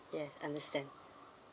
yes understand